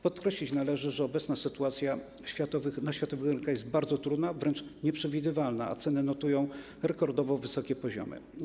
Podkreślić należy, że obecna sytuacja na światowych rynkach jest bardzo trudna, wręcz nieprzewidywalna, a ceny notują rekordowo wysokie poziomy.